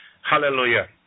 Hallelujah